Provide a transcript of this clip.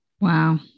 wow